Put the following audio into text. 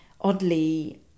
oddly